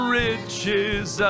riches